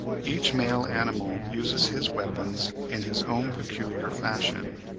each male animal uses his weapons in his own peculiar fashion.